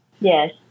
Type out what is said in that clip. Yes